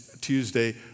Tuesday